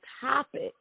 topic